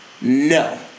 No